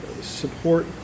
support